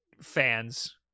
fans